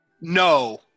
No